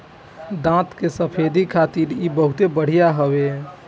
दांत के सफेदी खातिर इ बहुते बढ़िया हवे